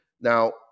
Now